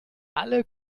alle